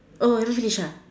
oh haven't finish ah